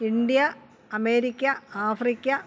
India America Africa